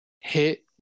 hit